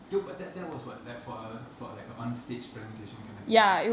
yo but that that was what like for a for a like a on stage presentation kind of thing